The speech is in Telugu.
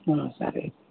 సరే